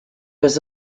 was